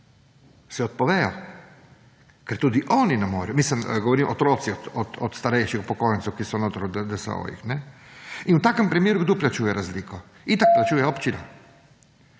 Se odpovejo, ker tudi oni ne morejo. Mislim, govorim otroci od starejših upokojencev, ki so notri v DSO-jih. In v takem primeru kdo plačuje razliko? / znak za